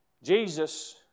Jesus